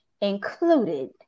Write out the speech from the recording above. included